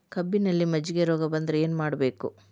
ಕಬ್ಬಿನಲ್ಲಿ ಮಜ್ಜಿಗೆ ರೋಗ ಬಂದರೆ ಏನು ಮಾಡಬೇಕು?